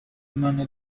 منو